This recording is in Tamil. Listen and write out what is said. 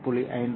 5 0